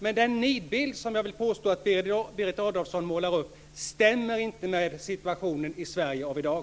Men den nidbild som jag vill påstå att Berit Adolfsson målar upp stämmer inte med situationen i Sverige av i dag.